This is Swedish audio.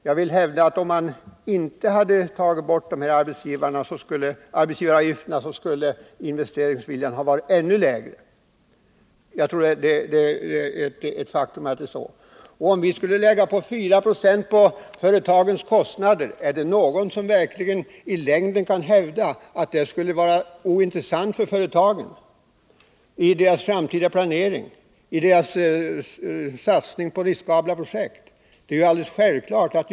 Jag vill hävda att om man inte hade avskaffat arbetsgivaravgifterna skulle investeringsviljan ha varit ännu lägre. Är det verkligen någon som i längden kan hävda att det skulle vara ointressant för företagen i deras framtida planering, i deras satsning på riskabla projekt, om vi skulle lägga på 4 96 på deras kostnader?